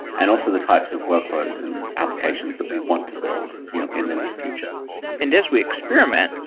and also the types of workloads and applications that we want to build you know in the near future and as we experiment,